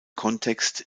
kontext